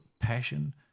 passion